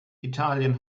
italien